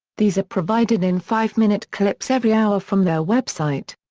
these are provided in five minute clips every hour from their website.